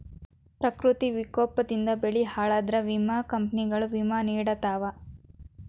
ಪ್ರಕೃತಿ ವಿಕೋಪದಿಂದ ಬೆಳೆ ಹಾಳಾದ್ರ ವಿಮಾ ಕಂಪ್ನಿಗಳು ವಿಮಾ ನಿಡತಾವ